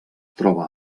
troba